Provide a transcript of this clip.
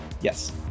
Yes